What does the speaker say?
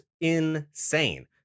insane